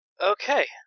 Okay